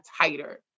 tighter